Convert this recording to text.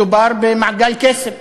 מדובר במעגל קסם.